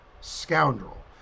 scoundrel